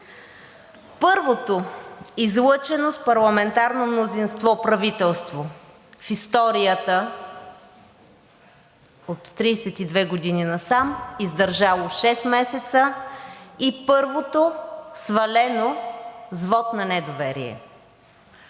Първото излъчено с парламентарно мнозинство правителство в историята от 32 години насам, издържало шест месеца, и първото свалено с вот на недоверие.